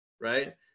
right